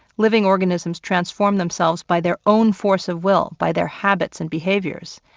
living organisms transformed themselves by their own force of will, by their habits and behaviors.